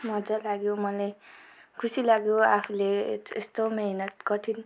मजा लाग्यो मलाई खुसी लाग्यो आफूले यस् यस्तो मिहिनेत कठिन